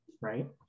right